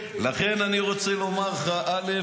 לכן אני רוצה לומר לך, א.